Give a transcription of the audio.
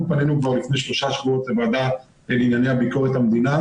אנחנו פנינו כבר לפני שלושה שבועות לוועדה בענייני ביקורת המדינה,